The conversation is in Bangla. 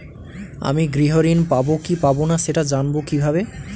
আমি গৃহ ঋণ পাবো কি পাবো না সেটা জানবো কিভাবে?